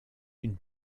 une